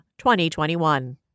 2021